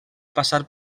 passar